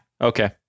Okay